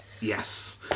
Yes